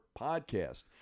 podcast